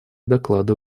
доклады